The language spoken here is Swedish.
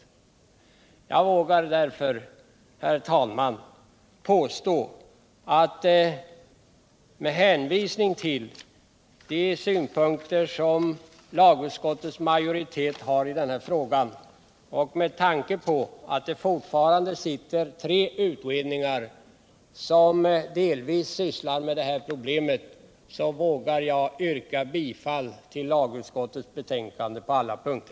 Jag vågar därför, herr talman, med hänvisning till de synpunkter som lagutskottets majoritet har i den här frågan och med tanke på att det fortfarande sitter tre utredningar som delvis sysslar med det här problemet, yrka bifall till utskottets hemställan på alla punkter.